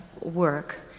work